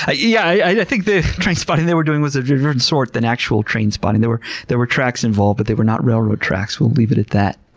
i yeah i think the trainspotting they were doing was a different sort than actual trainspotting. there were there were tracks involved, but they were not railroad tracks. we'll leave it at that.